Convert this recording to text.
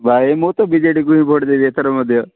ଭାଇ ମୁଁ ତ ବିଜେଡ଼ିକୁ ହିଁ ଭୋଟ୍ ଦେବି ଏଥର ମଧ୍ୟ